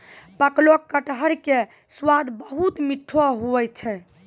पकलो कटहर के स्वाद बहुत मीठो हुवै छै